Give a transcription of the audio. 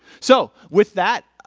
so with that,